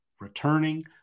returning